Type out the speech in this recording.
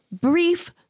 brief